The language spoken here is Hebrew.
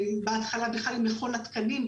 בהתחלה בכלל עם מכון התקנים,